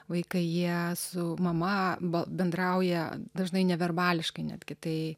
vaikai jie su mama be bendrauja dažnai neverbališkai netgi tai